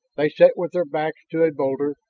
they sat with their backs to a boulder,